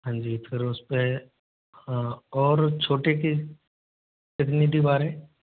हाँ जी फिर उस पे और छोटे की कितनी दीवारे है